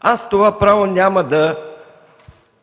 Аз няма да